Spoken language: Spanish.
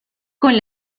con